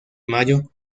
mayo